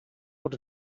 what